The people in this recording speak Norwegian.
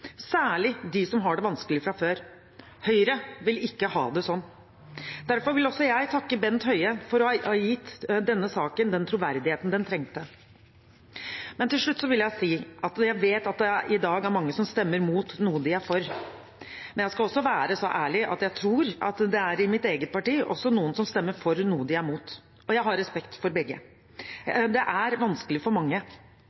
særlig de som har det vanskelig fra før. Høyre vil ikke ha det sånn. Derfor vil også jeg takke Bent Høie for at han har gitt denne saken den troverdigheten den trengte. Til slutt vil jeg si at jeg vet det i dag er mange som stemmer mot noe de er for. Men jeg skal også være så ærlig å si at jeg tror det i mitt eget parti også er noen som stemmer for noe de er imot. Jeg har respekt for begge.